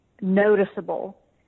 noticeable